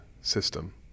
system